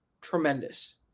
tremendous